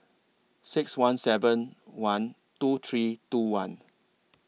six one seven one two three two one